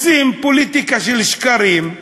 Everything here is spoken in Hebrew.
רוצים פוליטיקה של שקרים,